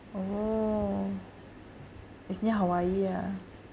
oh it's near hawaii ah